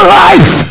life